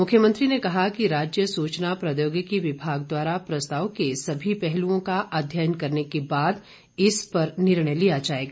मुख्यमंत्री ने कहा कि राज्य सुचना प्रौद्योगिकी विभाग प्रस्ताव के सभी पहलुओं का अध्ययन करने केबाद इस प्रस्ताव पर निर्णय लिया जाएगा